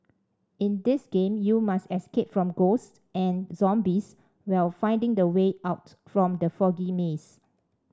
in this game you must escape from ghosts and zombies while finding the way out from the foggy maze